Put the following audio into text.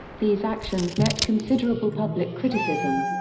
these actions met considerable public criticism.